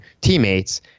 teammates